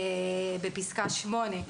בפסקה (7)